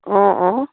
অঁ অঁ